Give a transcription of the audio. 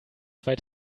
zwei